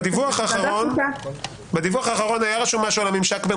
בדיווח האחרון היה רשום משהו על הממשק בין